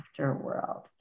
afterworld